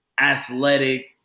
athletic